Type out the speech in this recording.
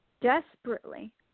desperately